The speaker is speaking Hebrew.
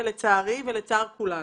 לצערי ולצער כולנו.